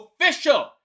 official